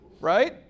Right